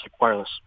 wireless